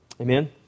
Amen